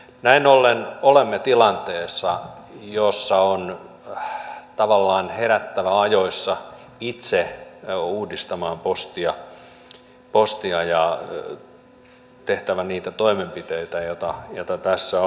näin ollen olemme tilanteessa jossa on tavallaan herättävä ajoissa itse uudistamaan postia ja tehtävä niitä toimenpiteitä joita tässä on